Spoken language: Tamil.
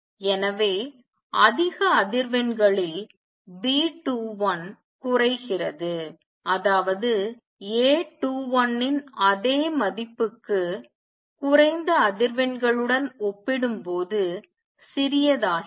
எனவே அதிக அதிர்வெண்களில் B21 குறைகிறது அதாவது A21 இன் அதே மதிப்புக்கு குறைந்த அதிர்வெண்களுடன் ஒப்பிடும்போது சிறியதாகிறது